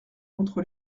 entre